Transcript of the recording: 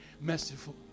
merciful